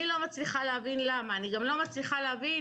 אני לא מצליחה להבין למה, אני גם לא מצליחה להבין